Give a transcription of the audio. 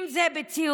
אם זה בציוצים,